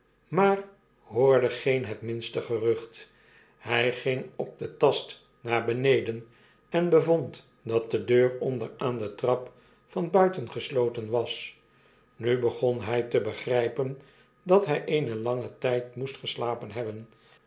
maar hoorde geen het minste gerucht hg ging op den tast naar beneden en bevond dat de detir onder aan de trap van buiten gesloten was nu begon hg te begrgpen dat hg eenen langen tyd moest geslapenhebben